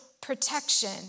protection